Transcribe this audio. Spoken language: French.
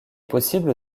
possible